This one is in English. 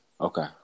Okay